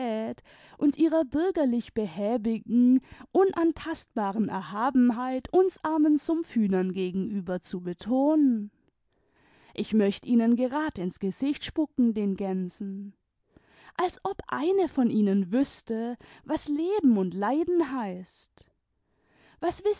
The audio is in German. und ihrer bürgerlich behäbigen unantastbaren erhabenheit uns armen sumpfhühnern gegenüber zu betonen ich möcht ihnen gerad ins gesicht spucken den gänsen als ob eine von ihnen wüßte was leben und leiden heißt was